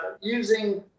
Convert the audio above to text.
using